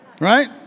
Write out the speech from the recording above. Right